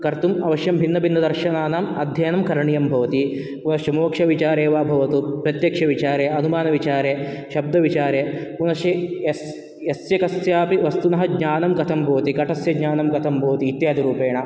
कर्तुम् अवश्यं भिन्नभिन्नदर्शनानाम् अध्ययनं करणीयं भवति मोक्षविचारे वा भवतु प्रत्यक्षविचारे अनुमानविचारे शब्दविचारे पुनश्च् यस् यस्य कस्यापि वस्तुनः ज्ञानं कथं भवति घटस्य ज्ञानं कथं भवति इत्यादि रूपेण